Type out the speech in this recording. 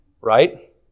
right